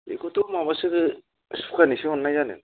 बेखौथ' माबासो सुखानैसो हरनाय जादों